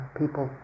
people